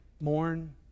mourn